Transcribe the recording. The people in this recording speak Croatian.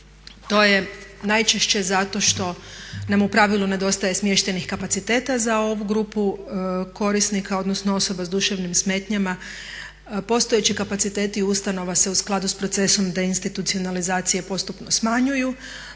To je najčešće zato što nam u pravilu nedostaje smještajnih kapaciteta za ovu grupu korisnika, odnosno osoba s duševnim smetnjama. Postojeći kapaciteti ustanova se u skladu s procesom deinstitucionalizacije postupno smanjuju.